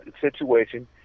situation